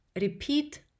repeat